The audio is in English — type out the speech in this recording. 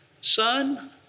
Son